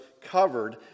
covered